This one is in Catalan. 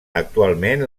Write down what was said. actualment